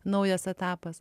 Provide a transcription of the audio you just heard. naujas etapas